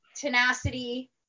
tenacity